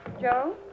Joe